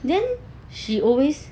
then she always